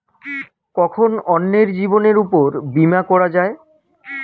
কখন অন্যের জীবনের উপর বীমা করা যায়?